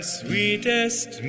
sweetest